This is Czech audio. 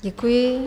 Děkuji.